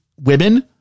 women